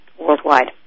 worldwide